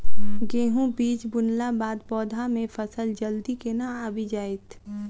गेंहूँ बीज बुनला बाद पौधा मे फसल जल्दी केना आबि जाइत?